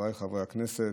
חבריי חברי הכנסת,